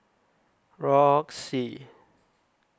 Roxy